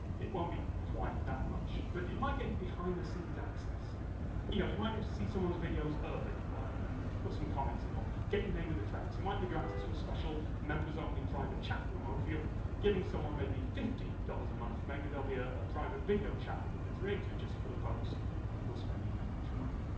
it won't be quite that much but it might get you behind the scenes access you know, you might get to see someone's videos early on and put some comments in or get your name in the credits it might give you access to a special members-only private chat room, or if you're giving someone maybe fifty dollars a month, maybe there'll be ah a private video chat with the creator just for the folks who are spending that much money